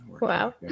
Wow